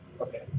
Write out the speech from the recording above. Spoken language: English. Okay